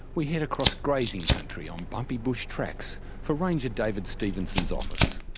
we head across grazing country on bumpy bush tracks for ranger david stephenson's office.